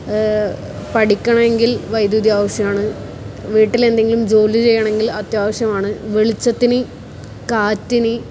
പഠിക്കണമെങ്കിൽ വൈദ്യുതി ആവശ്യമാണ് വീട്ടിലെന്തെങ്കിലും ജോലി ചെയ്യണമെങ്കിൽ അത്യാവശ്യമാണ് വെളിച്ചത്തിന് കാറ്റിന്